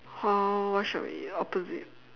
how what shall we eat at opposite